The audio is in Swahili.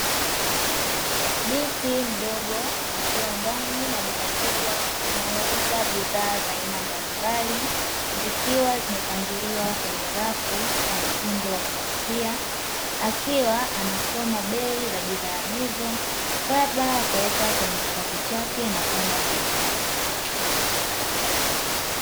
Binti mdogo akiwa ndani ya duka kubwa linalouza bidhaa za aina mbalimbali, zikiwa zimepangiliwa kwenye rafu kwa mtindo wa kuvutia, akiwa anasoma bei za bidhaa hizo kabla ya kuweka kwenye kikapu chake na kwenda kulipia.